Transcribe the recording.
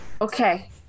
Okay